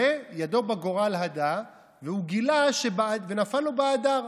"וידו בגורל הדה" והוא גילה שנפל לו באדר.